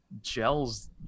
gels